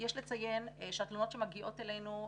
יש לציין שהתלונות שמגיעות אלינו,